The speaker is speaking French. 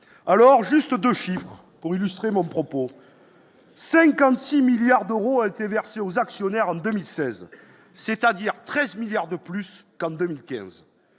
alors juste 2 chiffres pour illustrer mon propos, 56 milliards d'euros a été versé aux actionnaires en 2016, c'est-à-dire 13 milliards de plus qu'en 2015